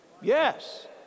Yes